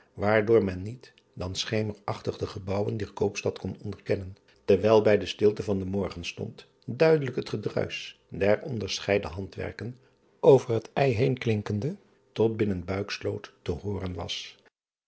waardoor men niet dan schemerachtig de gebouwen dier koopstad kon onderkennen terwijl bij de stilte van den morgenstond duidelijk het gedruisch der onderscheiden handwerken over het heenklinkende tot binnen uiksloot te hooren was